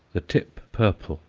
the tip purple,